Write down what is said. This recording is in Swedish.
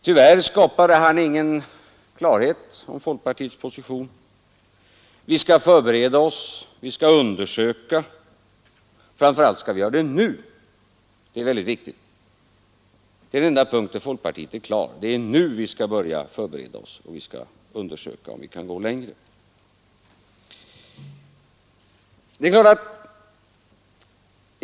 Tyvärr skapade han ingen klarhet om folkpartiets position. Vi skall förbereda oss, vi skall undersöka, och framför allt skall vi göra det nu, sade herr Gustafson. Det är den enda punkt på vilken folkpartiet är klar: det är nu vi skall börja förbereda oss och undersöka om vi kan gå längre.